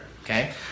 okay